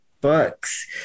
books